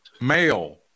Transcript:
male